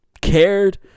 cared